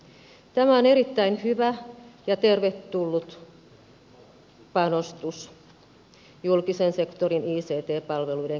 tä mä on erittäin hyvä ja tervetullut panostus julkisen sektorin ict palveluiden kehittämiseen